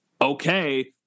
okay